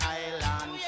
island